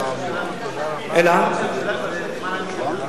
במסגרת הוועדה,